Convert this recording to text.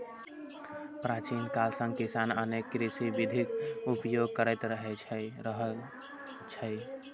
प्राचीन काल सं किसान अनेक कृषि विधिक उपयोग करैत रहल छै